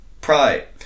pride